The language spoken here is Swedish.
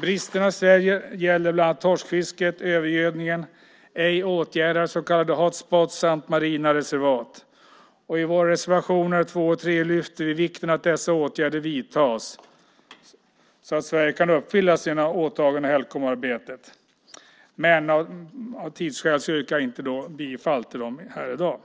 Bristerna i Sverige gäller bland annat torskfisket, övergödningen, ej åtgärdade så kallade hot spots samt marina reservat. I våra reservationer 2 och 3 lyfter vi vikten av att åtgärder vidtas så att Sverige uppfyller sina åtaganden i Helcomarbetet. Av tidsskäl yrkar jag inte bifall till dem här i dag.